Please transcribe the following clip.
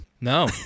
No